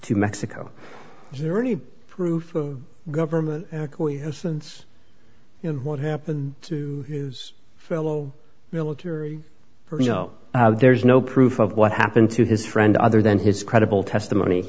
to mexico is there any proof of government acquiescence you know what happened to a fellow military for you know there's no proof of what happened to his friend other than his credible testimony